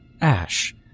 Ash